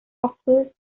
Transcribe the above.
offers